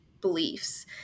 beliefs